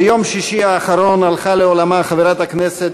ביום שישי האחרון הלכה לעולמה חברת הכנסת